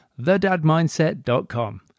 thedadmindset.com